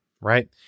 right